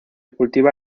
cultiva